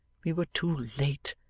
we were too late.